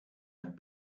had